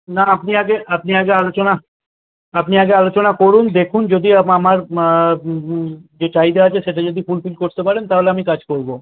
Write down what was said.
না আপনি আগে আপনি আগে আলোচনা আপনি আগে আলোচনা করুন দেখুন যদি আমার যে চাহিদা আছে সেটা যদি ফুল ফিল করতে পারেন তাহলে আমি কাজ করবো